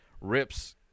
rips